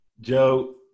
Joe